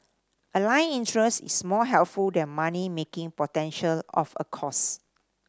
aligned interest is more helpful than money making potential of a course